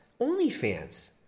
OnlyFans